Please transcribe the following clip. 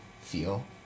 feel